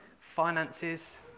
finances